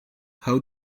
how